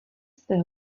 své